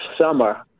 summer